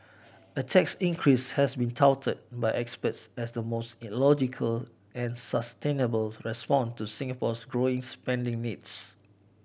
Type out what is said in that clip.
a tax increase has been touted by experts as the most logical and sustainable response to Singapore's growing spending needs